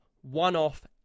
one-off